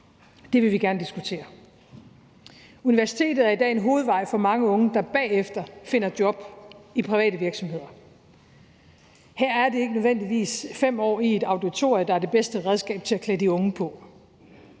Det vil vi gerne diskutere. Universitetet er i dag en hovedvej for mange unge, der bagefter finder job i private virksomheder. Her er det ikke nødvendigvis 5 år i et auditorium, der er det bedste redskab til at klæde de unge på.